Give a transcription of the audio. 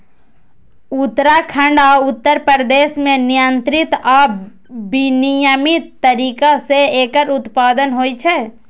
उत्तराखंड आ उत्तर प्रदेश मे नियंत्रित आ विनियमित तरीका सं एकर उत्पादन होइ छै